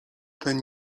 ten